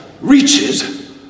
reaches